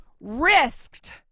risked